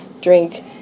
drink